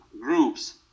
groups